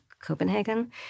Copenhagen